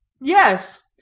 yes